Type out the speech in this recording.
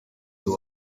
uyu